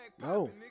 No